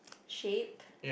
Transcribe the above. shape